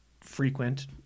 frequent